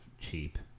cheap